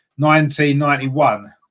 1991